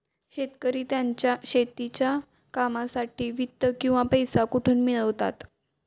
शेतकरी त्यांच्या शेतीच्या कामांसाठी वित्त किंवा पैसा कुठून मिळवतात?